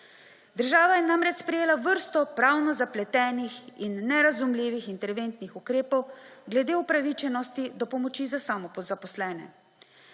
Država je namreč sprejela vrsto pravno zapletenih in nerazumljivih interventnih ukrepov glede upravičenosti do pomoči za samozaposlene.